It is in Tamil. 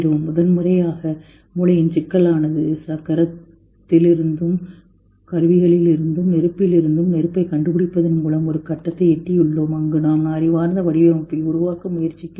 முதன்முறையாக மூளையின் சிக்கலானது சக்கரத்திலிருந்தும் கருவிகளிலிருந்தும் நெருப்பிலிருந்தும் நெருப்பைக் கண்டுபிடிப்பதன் மூலம் ஒரு கட்டத்தை எட்டியுள்ளோம் அங்கு நாம் அறிவார்ந்த வடிவமைப்பை உருவாக்க முயற்சிக்கிறோம்